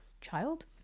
child